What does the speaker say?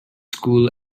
school